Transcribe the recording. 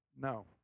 No